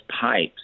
pipes